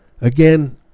Again